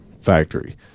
factory